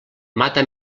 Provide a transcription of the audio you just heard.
mata